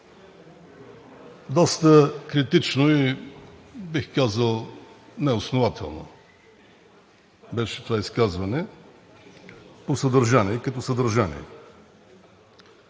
Доста критично и бих казал неоснователно беше това изказване по съдържание и като съдържание.